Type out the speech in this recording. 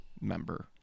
member